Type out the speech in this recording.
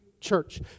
church